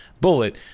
bullet